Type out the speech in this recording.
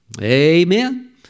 Amen